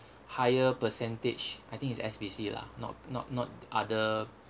higher percentage I think it's S_P_C lah not not not other